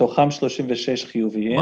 מתוכן 36 חיוביים,